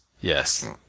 Yes